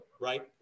right